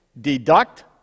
deduct